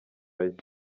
rice